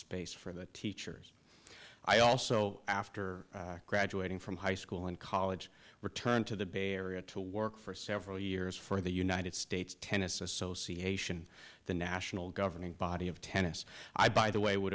space for the teachers i also after graduating from high school and college returned to the bay area to work for several years for the united states tennis association the national governing body of tennis i by the way would